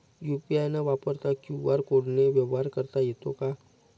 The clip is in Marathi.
यू.पी.आय न वापरता क्यू.आर कोडने व्यवहार करता येतो का?